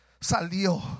salió